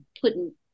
putting